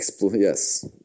Yes